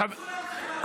סליחה.